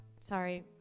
sorry